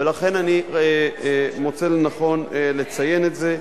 ולכן אני מוצא לנכון לציין את זה.